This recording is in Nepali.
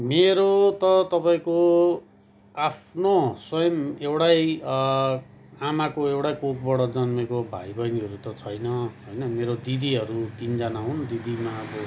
मेरो त तपाईँको आफ्नो स्वयम् एउटै आमाको एउटै कोखबाट जन्मेको भाइ बहिनीहरू त छैन होइन मेरो दिदीहरू तिनजना हुन् दिदीमा अब